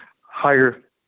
higher